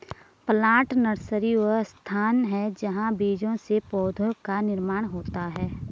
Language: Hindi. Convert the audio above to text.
प्लांट नर्सरी वह स्थान है जहां बीजों से पौधों का निर्माण होता है